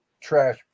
trash